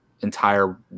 entire